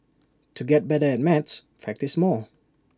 to get better at maths practise more